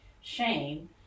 shame